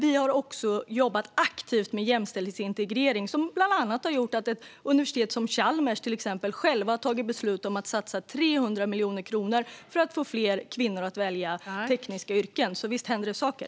Vi har även jobbat aktivt med jämställdhetsintegrering, vilket bland annat har gjort att ett universitet som Chalmers självt har fattat beslut om att satsa 300 miljoner kronor för att få fler kvinnor att välja tekniska yrken. Så visst händer det saker!